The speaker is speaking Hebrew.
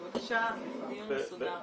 אז בבקשה שהדיון יהיה מסודר.